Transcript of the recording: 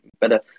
better